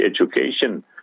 education